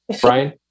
Brian